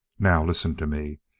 now listen to me.